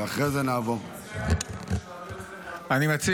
אדוני היושב-ראש, אני מבקש